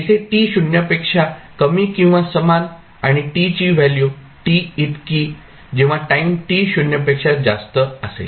येथे time t 0 पेक्षा कमी किंवा समान आणि t ची व्हॅल्यू t इतकी जेव्हा टाईम t 0 पेक्षा जास्त असेल